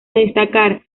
destacar